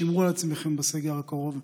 שמרו על עצמכם בסגר הקרוב,